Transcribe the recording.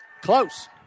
Close